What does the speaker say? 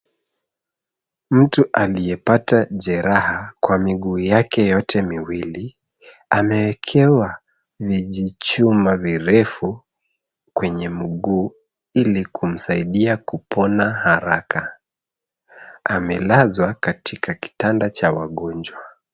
Mtu aliyepata jeraha kwa miguu yake yote miwili, amewekewa vijichuma virefu kwenye miguu ili kumsaidia kupona haraka. Amelazwa katika kitanda cha wagonjwa.